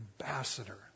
ambassador